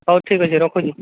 ହଉ ଠିକ ଅଛି ରଖୁଛି